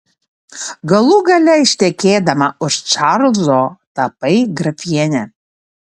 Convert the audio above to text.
galų gale ištekėdama už čarlzo tapai grafiene